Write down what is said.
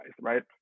right